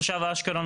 תושב אשקלון,